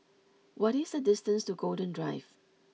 what is the distance to Golden Drive